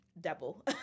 double